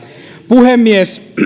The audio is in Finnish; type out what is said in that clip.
puhemies